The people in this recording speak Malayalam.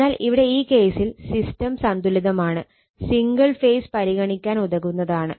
അതിനാൽ ഇവിടെ ഈ കേസിൽ സിസ്റ്റം സന്തുലിതമാണ് സിംഗിൾ ഫേസ് പരിഗണിക്കാൻ ഉതകുന്നതാണ്